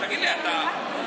תגיד לי אתה באמת,